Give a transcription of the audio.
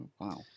Wow